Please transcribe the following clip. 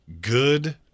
good